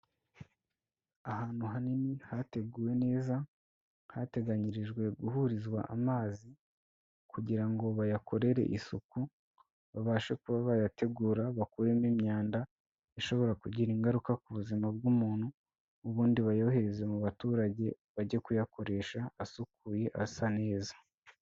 Ahantu hanini hateguwe neza, hateganyirijwe guhurizwa amazi, kugira ngo bayakorere isuku, babashe kuba bayategura bakuremo imyanda ishobora kugira ingaruka ku buzima bw'umuntu, ubundi bayohereze mu baturage bajye kuyakoresha asukuye asa neza.